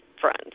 friends